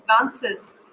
advances